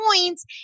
points